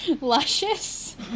Luscious